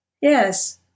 Yes